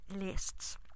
lists